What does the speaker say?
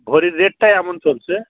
ভরির রেটটাই এমন চলছে